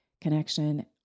connection